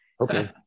Okay